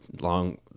long